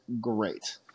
great